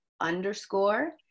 underscore